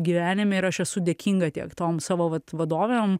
gyvenime ir aš esu dėkinga tiek tom savo vat vadovėm